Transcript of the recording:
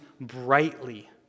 brightly